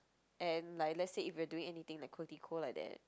and like let's say if you're doing anything like like that